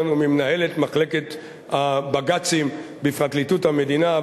וממנהלת מחלקת הבג"צים בפרקליטות המדינה,